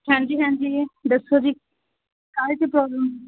ਹਾਂਜੀ ਹਾਂਜੀ ਜੀ ਦੱਸੋ ਜੀ ਕਾਹਦੇ 'ਚ ਪ੍ਰੋਬਲਮ